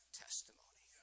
testimony